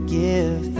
give